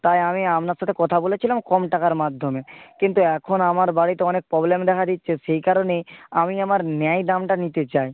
তাই আমি আপনার সাথে কথা বলেছিলাম কম টাকার মাধ্যমে কিন্তু এখন আমার বাড়িতে অনেক প্রবলেম দেখা দিচ্ছে সেই কারণেই আমি আমার ন্যায় দামটা নিতে চাই